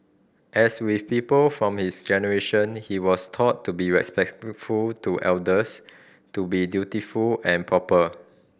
as with people from his generation he was taught to be respectful to elders to be dutiful and proper